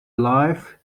life